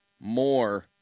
more